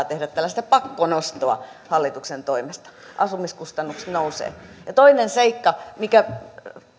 tehdä tällaista pakkonostoa hallituksen toimesta asumiskustannukset nousevat ja toinen seikka minkä